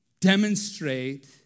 Demonstrate